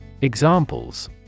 Examples